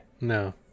No